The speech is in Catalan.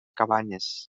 cabanyes